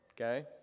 Okay